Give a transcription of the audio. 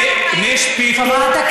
ונשפטו,